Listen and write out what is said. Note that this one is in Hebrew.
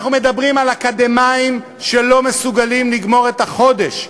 אנחנו מדברים על אקדמאים שלא מסוגלים לגמור את החודש,